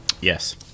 yes